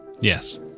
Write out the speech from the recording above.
yes